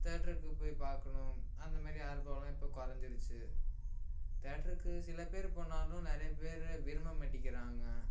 தேட்ருக்கு போய் பார்க்கணும் அந்த மாதிரி ஆர்வலாம் இப்போ குறஞ்சிருச்சி தேட்ருக்கு சில பேர் போனாலும் நிறையா பேர் விரும்ப மாட்டிக்கிறாங்க